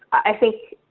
i think,